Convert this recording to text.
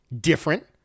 different